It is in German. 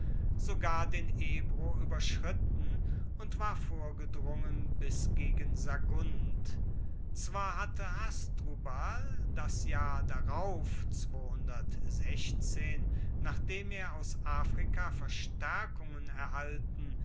sogar den ebro ueberschritten und war vorgedrungen bis gegen sagunt zwar hatte hasdrubal das jahr darauf nachdem er aus afrika verstaerkungen erhalten